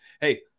hey